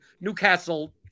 Newcastle